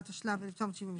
שמועסק 5 ימים בשבוע (באחוזים/שקלים חדשים)